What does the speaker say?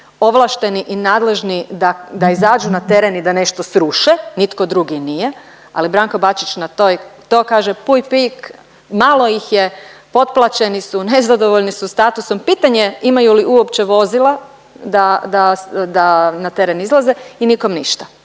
ovlašteni i nadležni da izađu na teren i da nešto sruše, nitko drugi nije, ali Branko Bačić na to kaže puj pik malo ih je, potplaćeni su, nezadovoljni su statusom, pitanje imaju li uopće vozila da na teren izlaze i nikom ništa.